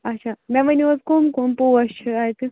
اچھا مےٚ ؤنِو حظ کٔم کٔم پوش چھِ اَتہِ